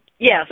Yes